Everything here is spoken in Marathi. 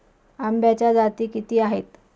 आंब्याच्या जाती किती आहेत?